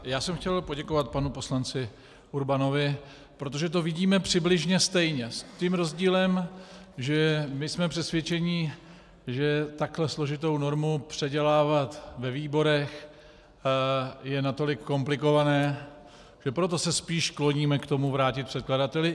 Já jsem chtěl poděkovat panu poslanci Urbanovi, protože to vidíme přibližně stejně, s tím rozdílem, že my jsme přesvědčeni, že takhle složitou normu předělávat ve výborech je natolik komplikované, že proto se spíš kloníme k tomu vrátit předkladateli.